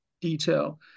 detail